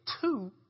two